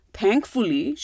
thankfully